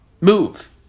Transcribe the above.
Move